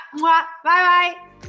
Bye-bye